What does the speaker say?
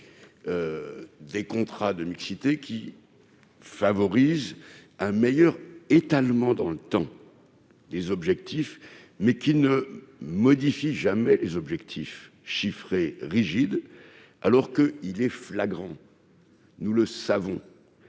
Ces contrats favorisent certes un meilleur étalement dans le temps des objectifs, mais ils ne modifient jamais les objectifs chiffrés, rigides, alors qu'il est flagrant, nous le savons,